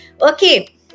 okay